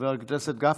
חבר הכנסת גפני,